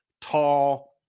tall